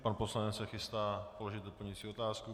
Pan poslanec se chystá položit doplňující otázku.